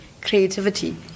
Creativity